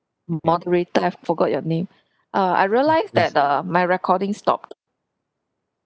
moderator I've forgot your name uh I realised that um my recording stopped